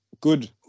good